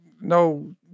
no